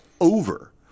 over